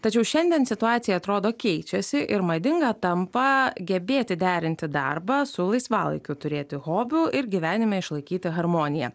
tačiau šiandien situacija atrodo keičiasi ir madinga tampa gebėti derinti darbą su laisvalaikiu turėti hobių ir gyvenime išlaikyti harmoniją